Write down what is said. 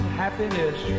happiness